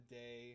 day